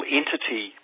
entity